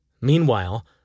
Meanwhile